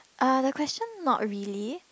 uh the question not really